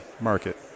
market